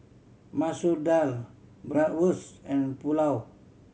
Masoor Dal Bratwurst and Pulao